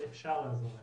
ואפשר לעזור להם.